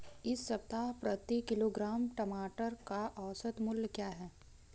इस सप्ताह प्रति किलोग्राम टमाटर का औसत मूल्य क्या है?